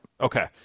Okay